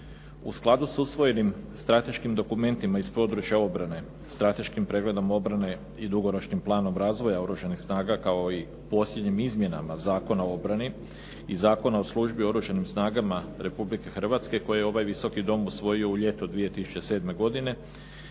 U skladu s usvojenim strateškim dokumentima iz područja obrane, strateškim pregledom obrane i dugoročnim planom razvoja Oružanih snaga kao i posljednjim izmjenama Zakona o obrani i Zakona o službi u Oružanim snagama Republike Hrvatske koje je ovaj Visoki dom usvojio u ljeto 2007.,